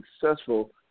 successful